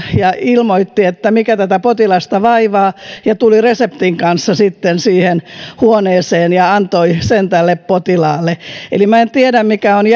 ja ilmoitti mikä tätä potilasta vaivaa ja tuli reseptin kanssa sitten siihen huoneeseen ja antoi sen tälle potilaalle minä en tiedä mikä on